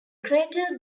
crater